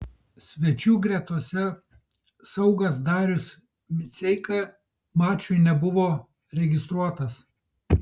svečių gretose saugas darius miceika mačui nebuvo registruotas